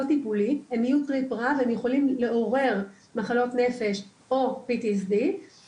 טיפולי הם יהיו טריפ רע והם יכולים לעורר מחלות נפש או PTSD ואצלנו